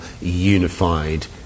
unified